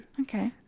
Okay